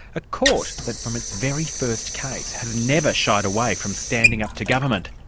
a court that from its very first case has never shied away from standing up to government,